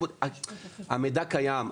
המידע קיים.